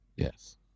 Yes